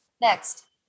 Next